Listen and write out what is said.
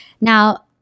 Now